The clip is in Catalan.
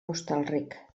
hostalric